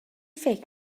فکر